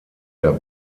der